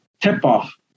tip-off